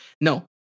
No